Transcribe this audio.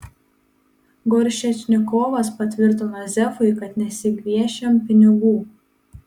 goršečnikovas patvirtino zefui kad nesigviešėm pinigų